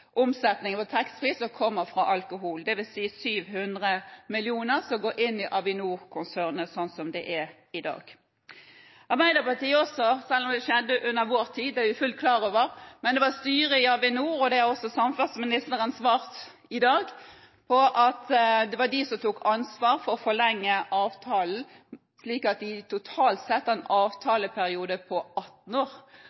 fra taxfree-salget – dvs. 700 mill. kr – går inn i Avinorkonsernet, sånn som det er i dag. Selv om det skjedde under Arbeiderpartiet, det er vi fullt klar over, så var det styret i Avinor – og det har også samferdselsministeren svart på i dag – som tok ansvar for å forlenge avtalen, slik at de totalt sett har en